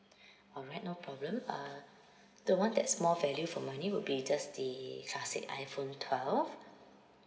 alright no problem uh the one that's more value for money would be just the classic iphone twelve